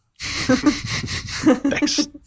Thanks